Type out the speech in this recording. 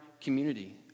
community